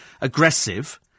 aggressive